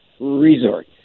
resort